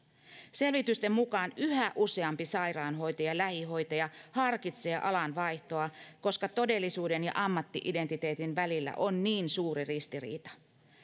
selvitysten mukaan yhä useampi sairaanhoitaja ja lähihoitaja harkitsee alan vaihtoa koska todellisuuden ja ammatti identiteetin välillä on niin suuri ristiriita